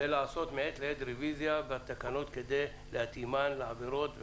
ולעשות מעת לעת רוויזיה בתקנות כדי להתאימן לעבירות,